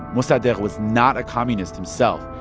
mossadegh was not a communist himself,